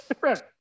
Right